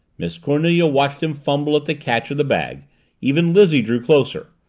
miss cornelia watched him fumble at the catch of the bag even lizzie drew closer.